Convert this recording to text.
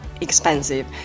expensive